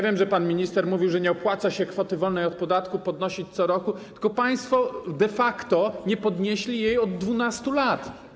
Wiem, że pan minister mówił, że nie opłaca się kwoty wolnej od podatku podnosić co roku, tylko państwo de facto nie podnieśli jej od 12 lat.